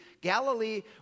Galilee